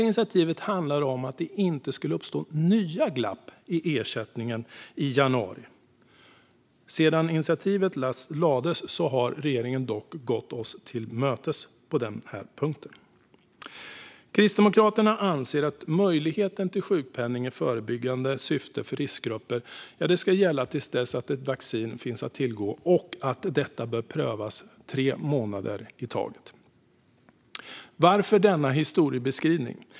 Initiativet handlar om att det i januari inte skulle uppstå nya glapp i ersättningen. Sedan initiativet lades fram har regeringen dock gått oss till mötes på den här punkten. Kristdemokraterna anser att möjligheten till sjukpenning för riskgrupper i förebyggande syfte ska gälla tills ett vaccin finns att tillgå, och detta bör prövas tre månader i taget. Varför denna historieskrivning?